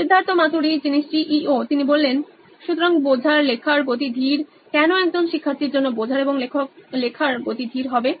Siddharth Maturi C E O নোইন electronics সুতরাং বোঝার লেখার গতি ধীর কেন একজন শিক্ষার্থীর জন্য বোঝার এবং লেখার গতি ধীর হবে